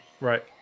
right